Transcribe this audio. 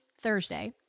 Thursday